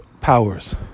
powers